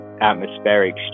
atmospheric